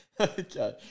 Okay